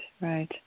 right